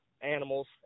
animals